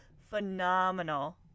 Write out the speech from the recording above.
phenomenal